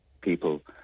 people